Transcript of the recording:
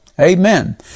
Amen